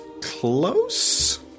close